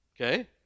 Okay